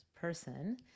person